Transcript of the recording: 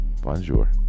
Bonjour